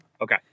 Okay